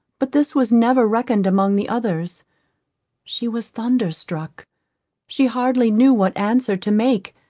but this was never reckoned among the others she was thunder-struck she hardly knew what answer to make,